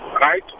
right